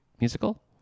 musical